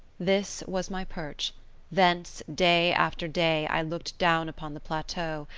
this was my perch thence, day after day, i looked down upon the plateau,